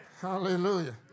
Hallelujah